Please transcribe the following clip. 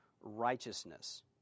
righteousness